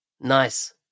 Nice